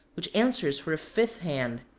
which answers for a fifth hand.